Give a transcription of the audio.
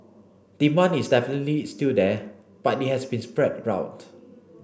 demand is definitely still there but it has been spread out